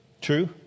true